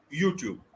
youtube